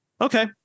okay